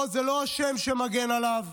לא, זה לא השם שמגן עליו.